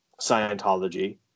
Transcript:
Scientology